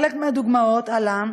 בחלק מהדוגמאות עלה